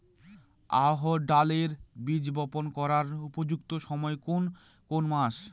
অড়হড় ডালের বীজ বপন করার উপযুক্ত সময় কোন কোন মাস?